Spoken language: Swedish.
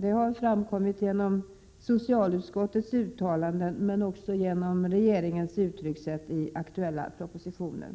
Det har framkommit genom socialutskottets uttalanden men också genom regeringens uttryckssätt i aktuella propositioner.